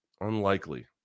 Unlikely